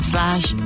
Slash